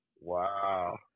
Wow